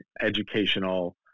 educational